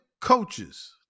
coaches